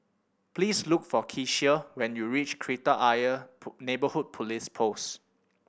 please look for Kecia when you reach Kreta Ayer Neighbourhood Police Post